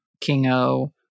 Kingo